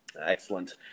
Excellent